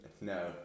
No